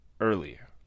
earlier